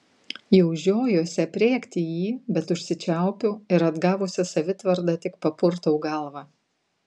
jau žiojuosi aprėkti jį bet užsičiaupiu ir atgavusi savitvardą tik papurtau galvą